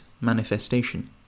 manifestation